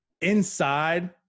inside